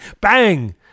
bang